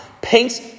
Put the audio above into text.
paints